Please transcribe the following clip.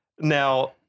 Now